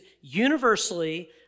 universally